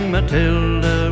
Matilda